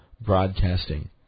broadcasting